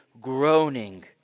groaning